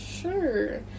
Sure